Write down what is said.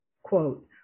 Quote